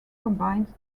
combines